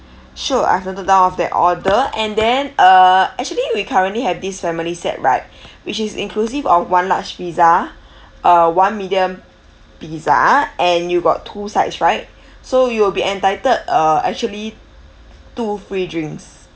sure I've noted down of that order and then uh actually we currently have this family set right which is inclusive of one large pizza uh one medium pizza and you got two sides right so you will be entitled uh actually two free drinks